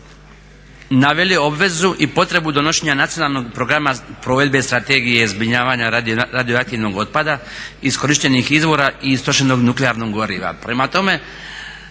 naveli obvezu i potrebu donošenja Nacionalnog programa provedbe Strategije zbrinjavanja radioaktivnog otpada iskorištenih izvora i istrošenog nuklearnog goriva. Prema tome